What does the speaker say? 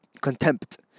contempt